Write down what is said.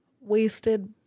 wasted